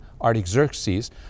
Artaxerxes